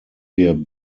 wir